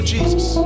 Jesus